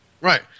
right